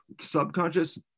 Subconscious